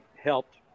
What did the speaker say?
helped